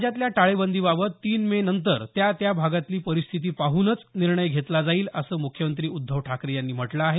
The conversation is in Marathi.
राज्यातल्या टाळेबंदीबाबत तीन मे नंतर त्या त्या भागातली परिस्थिती पाहन निर्णय घेतला जाईल असं मुख्यमंत्री उद्धव ठाकरे यांनी म्हटलं आहे